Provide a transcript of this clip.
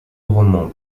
roman